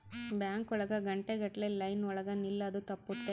bank ಒಳಗ ಗಂಟೆ ಗಟ್ಲೆ ಲೈನ್ ಒಳಗ ನಿಲ್ಲದು ತಪ್ಪುತ್ತೆ